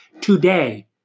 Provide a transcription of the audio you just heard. today